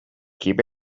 keep